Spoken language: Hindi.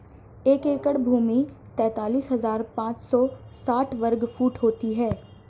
एक एकड़ भूमि तैंतालीस हज़ार पांच सौ साठ वर्ग फुट होती है